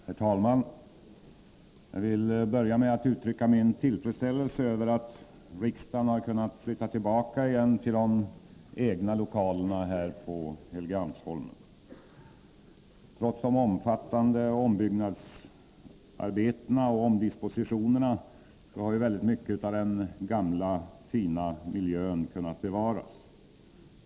Herr talman! Jag vill börja med att uttrycka min tillfredsställelse över att riksdagen har kunnat flytta tillbaka till de egna lokalerna här på Helgeandsholmen. Trots de omfattande ombyggnadsarbetena och omdispositionerna har mycket av den gamla fina miljön kunnat bevaras.